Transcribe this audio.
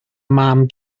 mam